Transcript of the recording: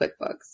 QuickBooks